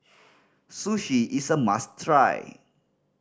sushi is a must try